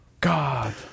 God